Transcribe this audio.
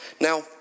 Now